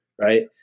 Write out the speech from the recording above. right